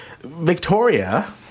Victoria